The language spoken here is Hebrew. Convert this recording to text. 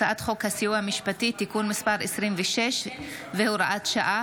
הצעת חוק הסיוע המשפטי (תיקון מס' 26 והוראת שעה),